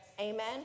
Amen